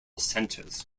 centers